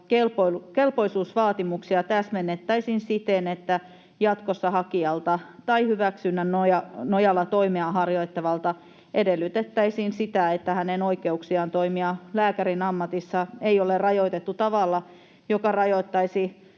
kelpoisuusvaatimuksia täsmennettäisiin siten, että jatkossa hakijalta tai hyväksynnän nojalla toimea harjoittavalta edellytettäisiin sitä, että hänen oikeuksiaan toimia lääkärin ammatissa ei ole rajoitettu tavalla, joka rajoittaisi